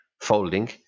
folding